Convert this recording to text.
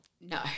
No